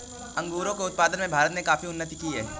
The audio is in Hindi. अंगूरों के उत्पादन में भारत ने काफी उन्नति की है